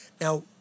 Now